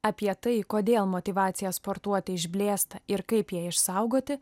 apie tai kodėl motyvacija sportuoti išblėsta ir kaip ją išsaugoti